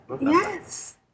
Yes